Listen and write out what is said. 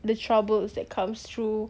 the troubles that comes through